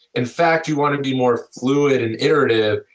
in fact, you want to be more fluent and iterative,